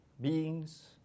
beings